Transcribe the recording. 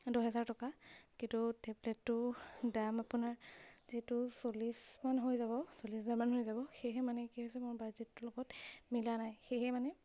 দহ হেজাৰ টকা কিন্তু টেবলেটটোৰ দাম আপোনাৰ যিটো চল্লিছমান হৈ যাব চল্লিছ হাজাৰমান হৈ যাব সেয়েহে মানে কি হৈছে মোৰ বাজেটটোৰ লগত মিলা নাই সেয়েহে মানে